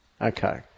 Okay